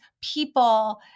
people